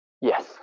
yes